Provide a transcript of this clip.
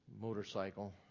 motorcycle